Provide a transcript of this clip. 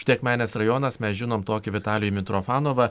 štai akmenės rajonas mes žinome tokį vitalijų mitrofanovą